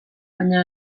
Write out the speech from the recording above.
baina